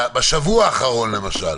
בשבוע האחרון למשל,